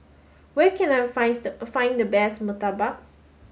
where can I find the best Murtabak